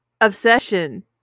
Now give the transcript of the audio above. obsession